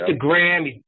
Instagram